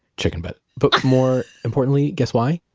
chicken butt. but more importantly, guess why?